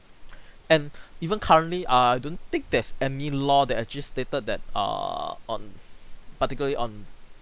and even currently err I don't think there's any law that actually stated that err on particularly on